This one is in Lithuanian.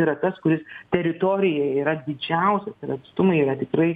yra tas kuris teritorija yra didžiausias ir atstumai yra tikrai